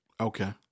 Okay